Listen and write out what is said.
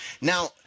Now